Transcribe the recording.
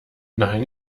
nein